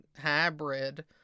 hybrid